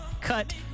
cut